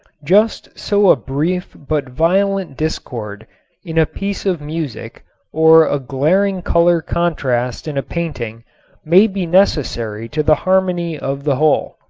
just so a brief but violent discord in a piece of music or a glaring color contrast in a painting may be necessary to the harmony of the whole.